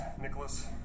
Nicholas